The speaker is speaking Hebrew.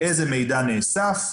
איזה מידע נאסף,